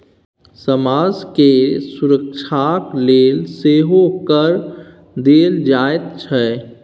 समाज केर सुरक्षाक लेल सेहो कर देल जाइत छै